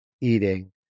eating